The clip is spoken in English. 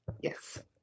Yes